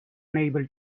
unable